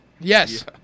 Yes